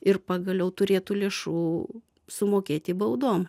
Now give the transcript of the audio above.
ir pagaliau turėtų lėšų sumokėti baudom